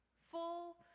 full